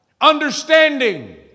Understanding